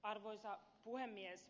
arvoisa puhemies